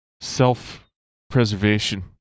self-preservation